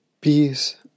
Peace